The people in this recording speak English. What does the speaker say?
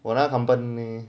我那个 compan~